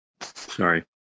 sorry